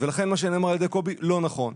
לכן מה שנאמר על ידי קובי, לא נכון.